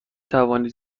توانید